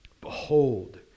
Behold